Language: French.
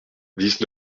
dix